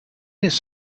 its